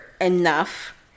enough